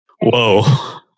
Whoa